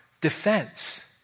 defense